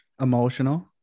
emotional